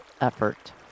effort